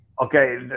Okay